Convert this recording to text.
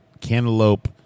cantaloupe